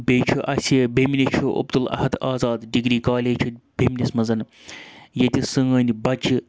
بیٚیہِ چھُ اَسہِ بیٚمنہِ چھُ عبد الاحد آزاد ڈِگری کالیج چھِ بیٚمنِس منٛز ییٚتہِ سٲنۍ بَچہِ